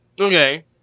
Okay